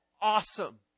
awesome